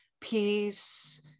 peace